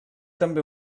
també